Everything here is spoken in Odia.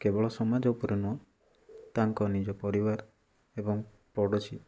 କେବଳ ସମାଜ ଉପରେ ନୁହଁ ତାଙ୍କ ନିଜ ପରିବାର ଏବଂ ପଡ଼ୋଶୀ